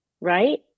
right